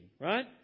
right